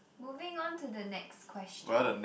moving on to the next question